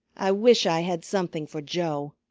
i wish i had something for joe.